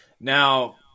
Now